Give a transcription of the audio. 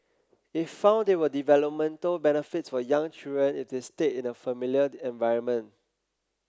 it found there were developmental benefits for young children if they stayed in a familiar environment